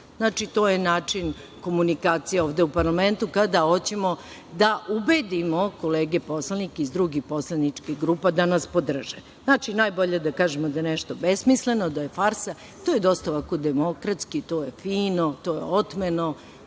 Znači, to je način komunikacije ovde u parlamentu kada hoćemo da ubedimo kolege poslanike iz drugih poslaničkih grupa da nas podrže. Najbolje je da kažemo da je nešto besmisleno, da je farsa, to je dosta ovako demokratski, to je fino, to je otmeno,